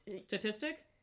Statistic